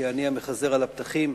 כעני המחזר על הפתחים,